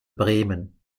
bremen